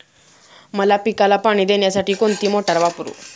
मका पिकाला पाणी देण्यासाठी कोणती मोटार वापरू?